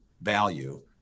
value